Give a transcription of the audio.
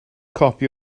copi